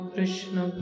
Krishna